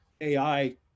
AI